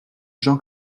jean